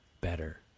better